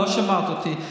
לא שמעת אותי.